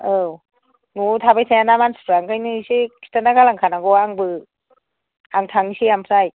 औ न'आव थाबाय थायाना मानसिफोरा बेनिखायनो इसे खिन्थाना गालांखानांगौ आंबो आं थांनोसै ओमफ्राय